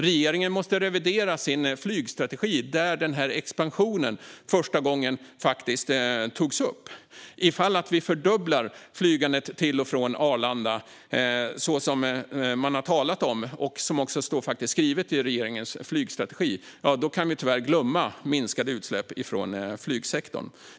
Regeringen måste revidera sin flygstrategi, där den här expansionen togs upp första gången. Om vi fördubblar flygandet till och från Arlanda, som det har talats om och som det står skrivet i regeringens flygstrategi, kan vi tyvärr glömma minskade utsläpp från flygsektorn.